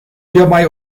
hierbei